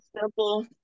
Simple